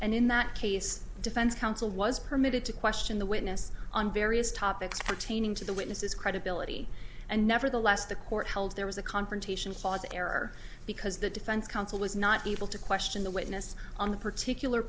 and in that case defense counsel was permitted to question the witness on various topics pertaining to the witnesses credibility and nevertheless the court held there was a confrontation clause error because the defense counsel was not able to question the witness on the particular